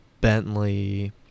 bentley